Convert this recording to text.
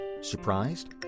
Surprised